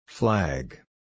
Flag